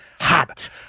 hot